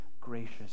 gracious